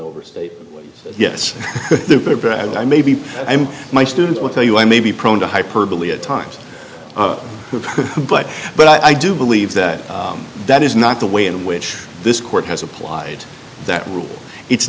verstated yes brad i may be i'm my students will tell you i may be prone to hyperbole at times but but i do believe that that is not the way in which this court has applied that rule it's